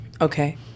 okay